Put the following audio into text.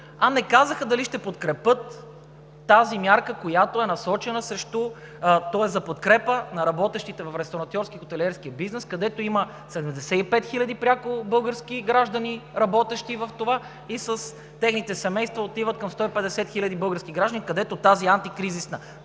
а не казаха дали ще подкрепят тази мярка, която е насочена за подкрепа на работещите в ресторантьорския и хотелиерския бизнес, където има 75 хиляди български граждани, работещи там, и с техните семейства отиват към 150 хиляди български граждани, където тази антикризисна